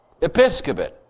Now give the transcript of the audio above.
episcopate